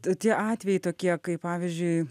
tie atvejai tokie kaip pavyzdžiui